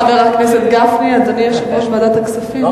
חבר הכנסת גפני, אדוני יושב-ראש ועדת הכספים.